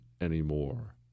anymore